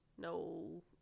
No